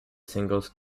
singles